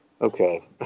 Okay